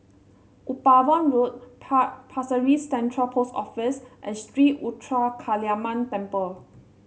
Upavon Road par Pasir Ris Central Post Office and Sri Ruthra Kaliamman Temple